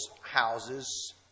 houses